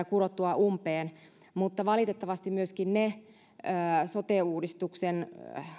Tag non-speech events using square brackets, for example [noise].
[unintelligible] kurottua umpeen mutta valitettavasti myöskin ne sote uudistuksen